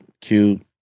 cute